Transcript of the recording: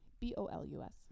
B-O-L-U-S